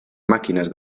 màquines